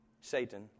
Satan